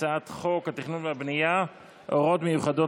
הצעת חוק התכנון והבנייה (הוראות מיוחדות